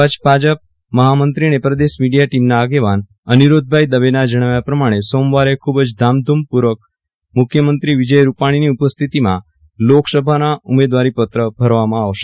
કચ્છ ભાજપ મહામંત્રી અને પ્રદેશ મિડીયા ટીમના આગેવાન અનુરુદ્ધભાઇ દવેના જણાવ્યા પ્રમાણે સોમવારે ખૂબ જ ધામધૂમ પૂર્વક મુખ્યમંત્રી વિજય રુપાણીની ઉપસ્થિતિમાં લોકસભાના ઉમેદવારી પત્ર ભરવામાં આવશે